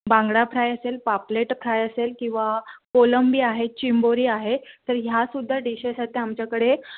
बांगडा फ्राय असेल पापलेट फ्राय असेल किंवा कोलंबी आहे चिंबोरी आहे तर ह्यासुद्धा डिशेस आत्ता आमच्याकडे